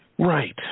Right